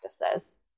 practices